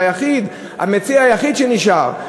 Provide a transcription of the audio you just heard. המציע היחיד שנשאר.